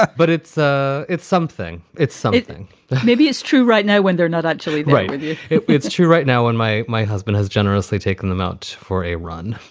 but it's it's something it's something that maybe is true right now when they're not actually right. and yeah it's true right now. and my my husband has generously taken them out for a run.